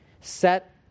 Set